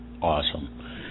Awesome